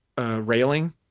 Railing